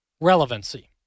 relevancy